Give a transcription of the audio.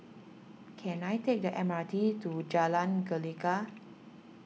can I take the M R T to Jalan Gelegar